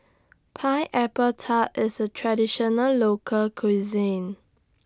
Pineapple Tart IS A Traditional Local Cuisine